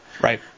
right